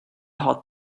hot